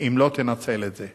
אם לא תנצל את זה.